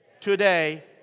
today